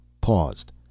paused